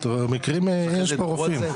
מקרים, יש פה רופאים.